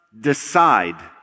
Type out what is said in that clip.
decide